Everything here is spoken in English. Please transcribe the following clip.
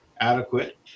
adequate